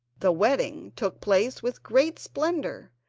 the wedding took place with great splendour,